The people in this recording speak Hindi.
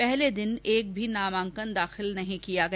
पहले दिन एक भी नामांकन दाखिल नहीं किया गया